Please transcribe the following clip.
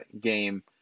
game